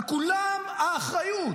על כולם האחריות.